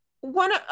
one